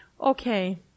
okay